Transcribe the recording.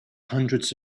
hundreds